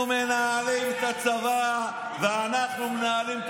אנחנו מנהלים את הצבא ואנחנו מנהלים את